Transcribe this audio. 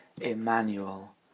Emmanuel